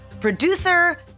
producer